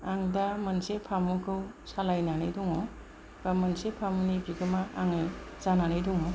आं दा मोनसे फामुखौ सालायनानै दङ बा मोनसे फामुनि बिगोमा आङो जानानै दङ